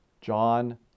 John